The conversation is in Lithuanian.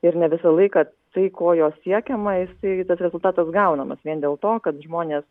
ir ne visą laiką tai ko juo siekiama jisai tas rezultatas gaunamas vien dėl to kad žmonės